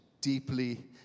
Deeply